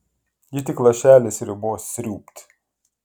ji tik lašelį sriubos sriūbt